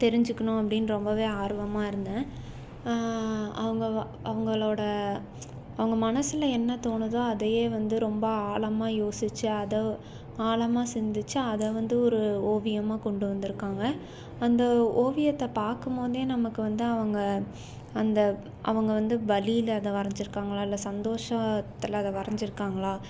தெரிஞ்சுக்கணும் அப்படின்னு ரொம்பவே ஆர்வமாக இருந்தேன் அவங்க அவங்களோடய அவங்க மனதுல என்ன தோணுதோ அதையே வந்து ரொம்ப ஆழமா யோசிச்சு அதை ஆழமா சிந்திச்சு அதை வந்து ஒரு ஓவியமாக கொண்டு வந்திருக்காங்க அந்த ஓவியத்தை பார்க்கும் போதே நமக்கு வந்து அவங்க அந்த அவங்க வந்து வலியில் அதை வரைஞ்சிருக்காங்களா இல்லை சந்தோஷத்தில் அதை வரஞ்சிருக்காங்களா